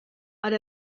are